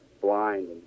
blind